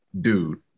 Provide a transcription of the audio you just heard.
dude